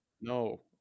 No